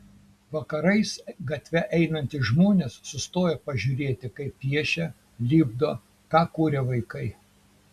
vakarais gatve einantys žmonės sustoja pažiūrėti kaip piešia lipdo ką kuria vaikai